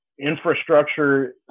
Infrastructure